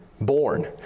born